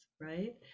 right